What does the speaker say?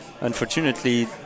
unfortunately